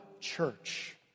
church